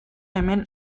hemen